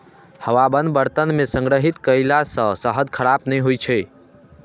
हवाबंद बर्तन मे संग्रहित कयला सं शहद खराब नहि होइ छै